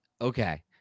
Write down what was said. Okay